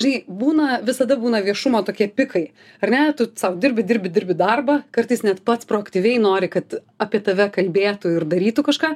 žinai būna visada būna viešumo tokie pikai ar ne tu sau dirbi dirbi dirbi darbą kartais net pats proaktyviai nori kad apie tave kalbėtų ir darytų kažką